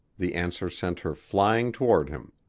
the answer sent her flying toward him.